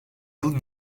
yıl